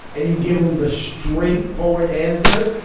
and you give them the straightforward answer.